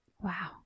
wow